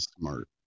smart